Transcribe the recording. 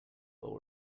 while